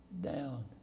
down